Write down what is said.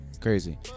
Crazy